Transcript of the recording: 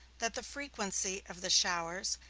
that the frequency of the showers,